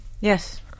Yes